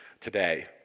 today